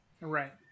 Right